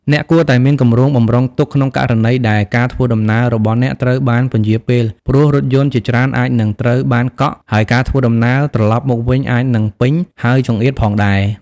អ្នកគួរតែមានគម្រោងបម្រុងទុកក្នុងករណីដែលការធ្វើដំណើររបស់អ្នកត្រូវបានពន្យារពេលព្រោះ រថយន្តជាច្រើនអាចនឹងត្រូវបានកក់ ហើយការធ្វើដំណើរត្រឡប់មកវិញអាចនឹងពេញ ហើយចង្អៀតផងដែរ។